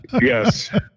Yes